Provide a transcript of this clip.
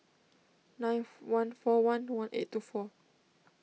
nine one four one one eight two four